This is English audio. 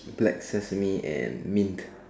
black sesame and mint